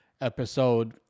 episode